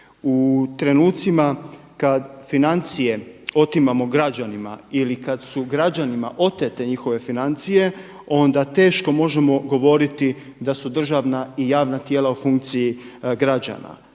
U trenutcima kada financije otimamo građanima ili kada su građanima otete njihove financije onda teško možemo govoriti da su državna i javna tijela u funkciji građana.